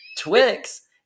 Twix